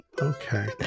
Okay